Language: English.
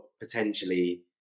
potentially